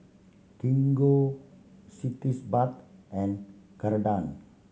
Gingko cities bath and Ceradan